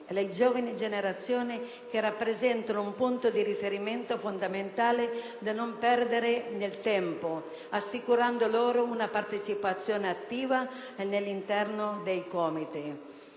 alle giovani generazioni che rappresentano un punto di riferimento fondamentale, da non disperdere nel tempo, assicurando loro una partecipazione attiva all'interno dei COMITES.